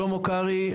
שלמה קרעי פה,